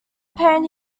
pain